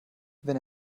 wenn